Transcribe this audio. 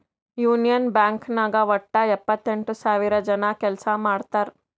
union Bank ನಾಗ್ ವಟ್ಟ ಎಪ್ಪತ್ತೆಂಟು ಸಾವಿರ ಜನ ಕೆಲ್ಸಾ ಮಾಡ್ತಾರ್